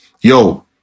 yo